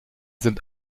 sind